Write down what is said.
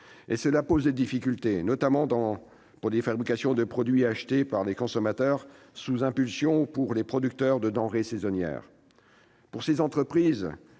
cela pose des difficultés, notamment pour les fabricants de produits achetés par le consommateur de manière impulsive ou pour les producteurs de denrées saisonnières. Pour les entreprises